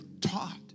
taught